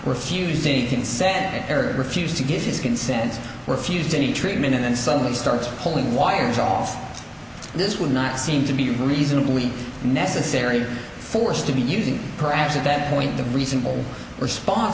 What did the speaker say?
refusing can set eric refuse to give his consent refused any treatment and then suddenly starts pulling wires off this would not seem to be reasonably necessary force to be using perhaps at that point the reasonable respon